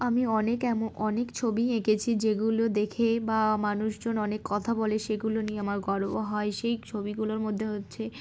আমি অনেক এম অনেক ছবি এঁকেছি যেগুলো দেখে বা মানুষজন অনেক কথা বলে সেগুলো নিয়ে আমার গর্ব হয় সেই ছবিগুলোর মধ্যে হচ্ছে